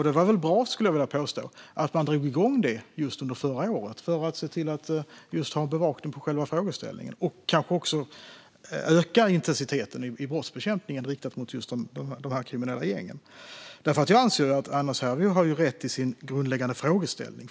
Det var bra att man drog igång det under förra året för att ha en bevakning av just denna frågeställning och kanske öka intensiteten i brottsbekämpningen riktad mot de kriminella gängen. Hannes Hervieu har förstås rätt i sin grundläggande frågeställning.